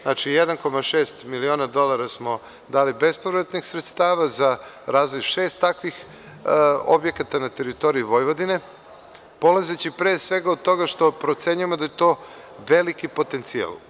Znači, 1,6 miliona dolara smo dali bespovratnih sredstava za razvoj šest takvih objekata na teritoriji Vojvodine, polazeći od toga što procenjujemo da je to veliki potencijal.